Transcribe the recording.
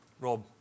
Rob